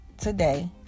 today